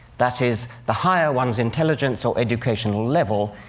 that is, the higher one's intelligence or educational level,